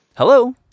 Hello